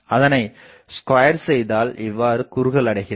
அதனை ஸ்கொயர் செய்தால் இவ்வாறு குறுகல் அடைகிறது